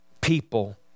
people